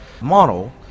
model